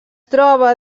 troba